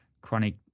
chronic